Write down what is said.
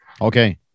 Okay